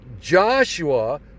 joshua